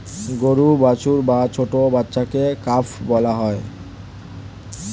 গরুর বাছুর বা ছোট্ট বাচ্ছাকে কাফ বলা হয়